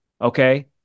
okay